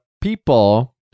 people